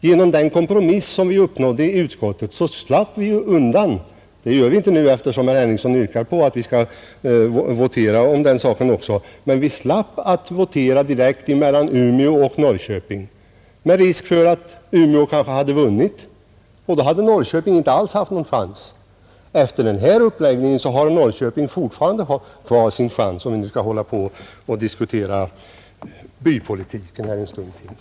Genom den kompromiss som vi uppnådde i utskottet kunde vi ju slippa undan — det gör vi inte nu, eftersom herr Henrikson yrkar på att vi skall votera om den saken också — att votera direkt mellan Umeå och Norrköping, med risk för att Umeå kanske hade vunnit och Norrköping inte alls haft någon chans. Enligt den här uppläggningen har Norrköping fortfarande kvar sin chans, om vi nu skall hålla på och diskutera bypolitiken här en stund till.